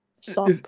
Sock